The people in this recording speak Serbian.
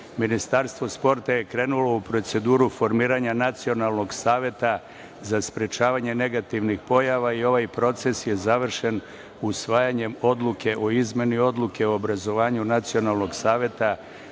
Ministarstvo sporta je krenulo u proceduru formiranja nacionalnog saveta za sprečavanje negativnih pojava i ovaj proces je završen usvajanjem Odluke o izmeni odluke o obrazovanju nacionalnog saveta